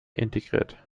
integriert